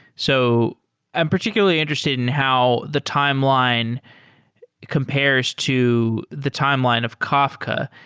so i'm particularly interested in how the timeline compares to the timeline of kafka.